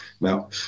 Now